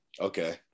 Okay